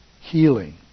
healing